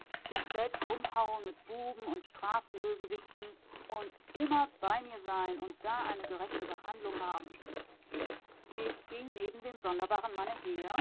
sich selbst rumhauen mit buben und straßenbösewichten und immer bei mir sein und da eine gerechte behandlung haben ich ging neben dem sonderbaren